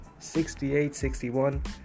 68-61